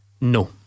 No